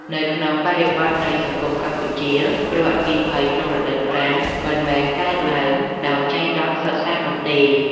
នៅក្នុងបរិបទនៃសង្គមកម្ពុជា គ្រោះអគ្គីភ័យក្នុងរដូវប្រាំងមិនមែនកើតឡើងដោយចៃដន្យសុទ្ធសាធនោះទេ។